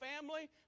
family